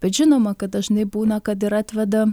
bet žinoma kad dažnai būna kad ir atveda